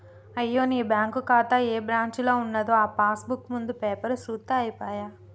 అయ్యో నీ బ్యాంకు ఖాతా ఏ బ్రాంచీలో ఉన్నదో ఆ పాస్ బుక్ ముందు పేపరు సూత్తే అయిపోయే